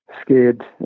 scared